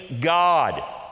god